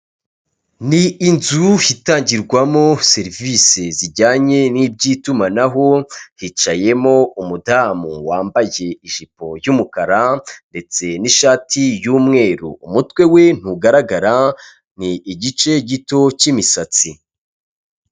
Ni inzu itangirwamo serivisi zijyanye n'iby'itumanaho hicayemo umudamu wambaye ijipo y'umukara ndetse n'ishati y'umweru, umutwe we ntugaragara ni igice gito cy'imisatsi.